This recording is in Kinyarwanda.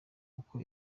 uko